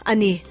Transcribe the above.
Ani